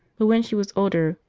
but, when she was older,